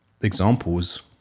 examples